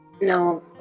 no